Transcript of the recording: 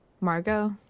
Margot